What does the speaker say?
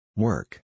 Work